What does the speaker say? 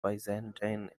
byzantine